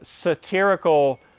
satirical